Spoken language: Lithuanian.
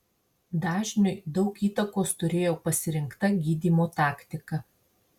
dažniui daug įtakos turėjo pasirinkta gydymo taktika